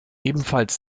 ebenfalls